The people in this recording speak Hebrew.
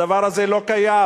הדבר הזה לא קיים.